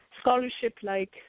Scholarship-like